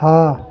हाँ